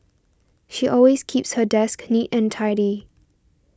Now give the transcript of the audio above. she always keeps her desk neat and tidy